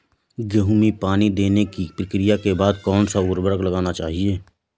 गेहूँ में पानी देने की प्रक्रिया के बाद कौन सा उर्वरक लगाना चाहिए?